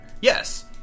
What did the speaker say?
Yes